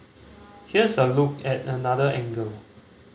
here's a look at another angle